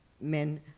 men